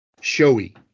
showy